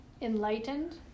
Enlightened